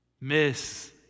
miss